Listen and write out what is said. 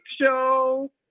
show